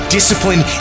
Discipline